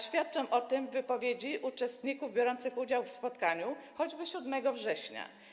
Świadczą o tym wypowiedzi uczestników biorących udział w spotkaniu, choćby 7 września.